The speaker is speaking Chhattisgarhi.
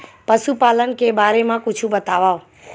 पशुपालन के बारे मा कुछु बतावव?